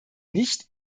nicht